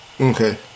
Okay